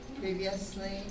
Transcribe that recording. previously